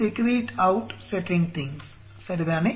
சரிதானே